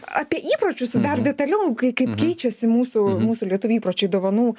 apie įpročius dar detaliau kaip keičiasi mūsų mūsų lietuvių įpročiai dovanų